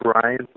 Brian